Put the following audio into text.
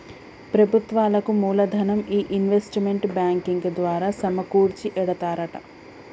ప్రభుత్వాలకు మూలదనం ఈ ఇన్వెస్ట్మెంట్ బ్యాంకింగ్ ద్వారా సమకూర్చి ఎడతారట